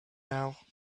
now